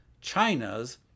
China's